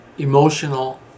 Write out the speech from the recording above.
emotional